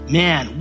man